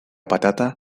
patata